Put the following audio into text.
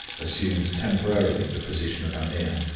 assumed temporarily the position of ameer,